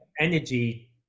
energy